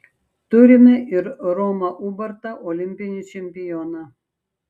turime ir romą ubartą olimpinį čempioną